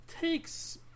takes